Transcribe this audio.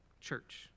Church